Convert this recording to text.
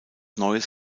neues